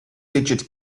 digit